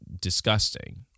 disgusting